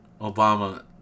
Obama